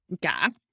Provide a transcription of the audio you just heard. gap